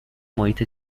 محیط